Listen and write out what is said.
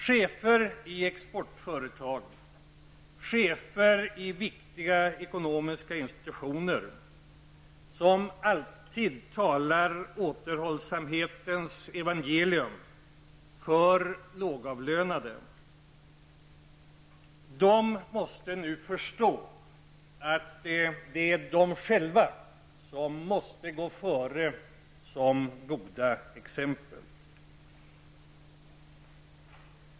Chefer i exportföretag och på viktiga ekonomiska institutioner som alltid predikar återhållsamhetens evangelium för lågavlönade, måste nu förstå att det är de själva som måste föregå med goda exempel.